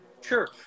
sure